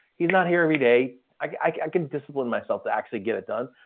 he's not here every day. i can discipline myself to actually get it done.